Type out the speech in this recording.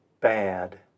bad